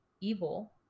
evil